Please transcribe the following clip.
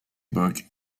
book